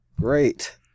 Great